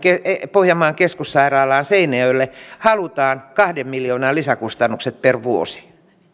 pohjanmaan keskussairaalaan seinäjoelle halutaan kahden miljoonan lisäkustannukset per vuosi